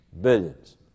Billions